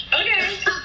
Okay